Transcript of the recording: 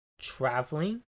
traveling